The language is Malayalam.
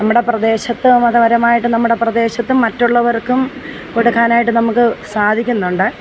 നമ്മുടെ പ്രദേശത്ത് മതപരമായിട്ട് നമ്മുടെ പ്രദേശത്ത് മറ്റുള്ളവർക്കും കൊടുക്കാനായിട്ട് നമുക്ക് സാധിക്കുന്നുണ്ട്